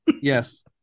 Yes